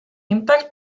impact